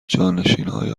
جانشینانهای